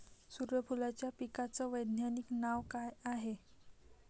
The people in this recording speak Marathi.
सुर्यफूलाच्या पिकाचं वैज्ञानिक नाव काय हाये?